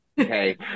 okay